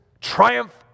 triumph